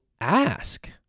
ask